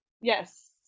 yes